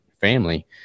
family